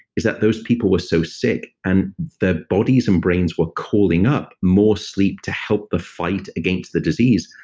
is that those people were so sick, and their bodies and brains were calling up more sleep to help the fight against the disease,